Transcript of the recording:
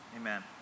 Amen